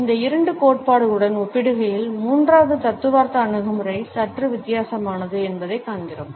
இந்த இரண்டு கோட்பாடுகளுடன் ஒப்பிடுகையில் மூன்றாவது தத்துவார்த்த அணுகுமுறை சற்று வித்தியாசமானது என்பதைக் காண்கிறோம்